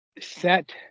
set